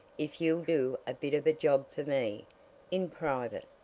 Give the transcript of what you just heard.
if you'll do a bit of a job for me in private.